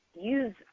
use